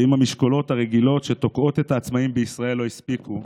ואם המשקולות הרגילות שתוקעות את העצמאים בישראל לא הספיקו,